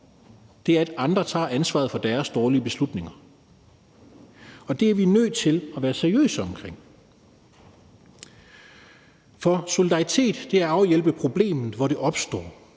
Det er, at andre tager ansvaret for deres dårlige beslutninger, og det er vi nødt til at være seriøse omkring. For solidaritet er at afhjælpe problemet, hvor det opstår;